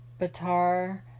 Batar